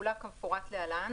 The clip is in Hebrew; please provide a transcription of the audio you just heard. פעולה כמפורט להלן,